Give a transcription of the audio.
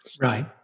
Right